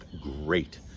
great